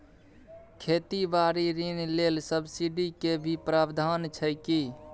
खेती बारी ऋण ले सब्सिडी के भी प्रावधान छै कि?